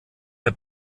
der